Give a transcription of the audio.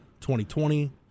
2020